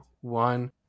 one